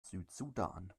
südsudan